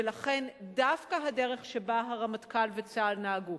ולכן דווקא הדרך שבה הרמטכ"ל וצה"ל נהגו,